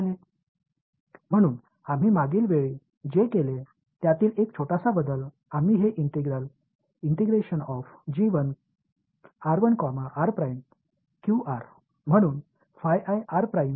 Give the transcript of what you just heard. எனவே கடந்த முறை நாம் செய்தவற்றில் ஒரு சிறிய மாற்றம் இந்த ஒருங்கிணைப்பை நாம் வரையறுத்துள்ளோம்